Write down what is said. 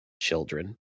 children